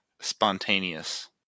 spontaneous